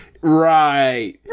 Right